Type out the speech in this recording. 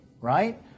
right